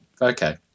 okay